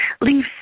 Leave